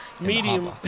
Medium